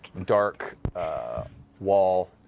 dark wall,